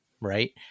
right